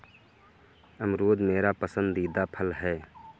अमरूद मेरा पसंदीदा फल है